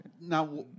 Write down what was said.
now